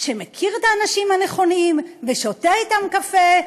שמכיר את האנשים הנכונים ושותה אתם קפה.